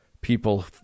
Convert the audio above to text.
people